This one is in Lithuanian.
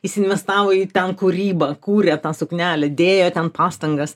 jis investavo į ten kūrybą kūrė tą suknelę dėjo ten pastangas